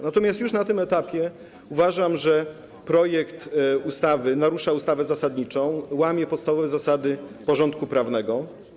Natomiast już na tym etapie uważam, że projekt ustawy narusza ustawę zasadniczą, łamie podstawowe zasady porządku prawnego.